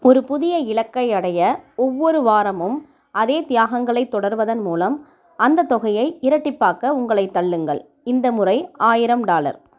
ஒரு புதிய இலக்கை அடைய ஒவ்வொரு வாரமும் அதே தியாகங்களைத் தொடர்வதன் மூலம் அந்த தொகையை இரட்டிப்பாக்க உங்களைத் தள்ளுங்கள் இந்த முறை ஆயிரம் டாலர்